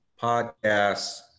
podcasts